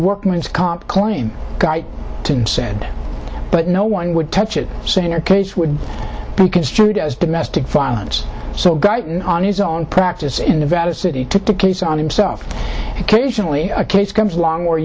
workman's comp claim to said but no one would touch it saying a case would be construed as domestic violence so guyton on his own practice in nevada city took the case on himself occasionally a case comes along